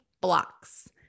blocks